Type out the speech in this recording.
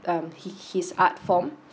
um he his art form